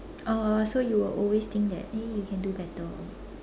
oh so you will always think that eh you can do better